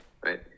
right